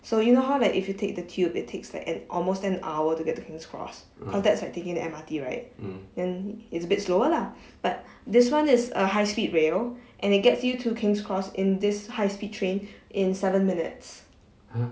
so you know how like if you take the tube it takes like an almost an hour to get the king's cross counted as like taking the M_R_T right then it's a bit slower lah but this one is a high speed rail and it gets you to king's cross in this high speed train in seven minutes